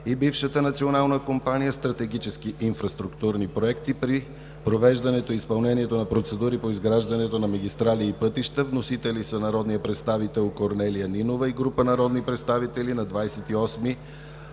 и бившата Национална компания „Стратегически инфраструктурни проекти“ при провеждането и изпълнението на процедури по изграждането на магистрали и пътища. Вносители са Корнелия Нинова и група народни представители на 28